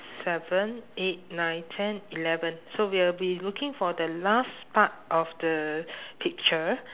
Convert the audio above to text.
seven eight nine ten eleven so we will be looking for the last part of the picture